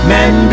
Men